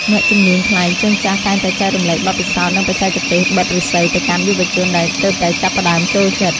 អ្នកជំនាញខ្លែងជើងចាស់តែងតែចែករំលែកបទពិសោធន៍ និងបច្ចេកទេសបិតឫស្សីទៅកាន់យុវជនដែលទើបតែចាប់ផ្ដើមចូលចិត្ត។